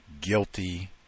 guilty